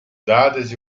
dadas